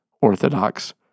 Orthodox